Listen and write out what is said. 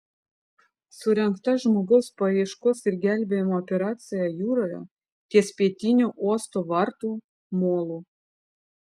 surengta žmogaus paieškos ir gelbėjimo operacija jūroje ties pietiniu uosto vartų molu